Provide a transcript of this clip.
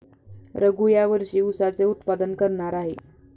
रघू या वर्षी ऊसाचे उत्पादन करणार आहे